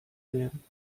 werden